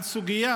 על סוגיה